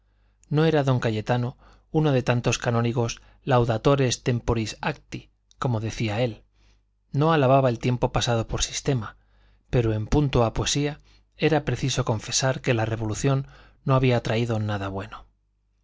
no era don cayetano uno de tantos canónigos laudatores temporis acti como decía él no alababa el tiempo pasado por sistema pero en punto a poesía era preciso confesar que la revolución no había traído nada bueno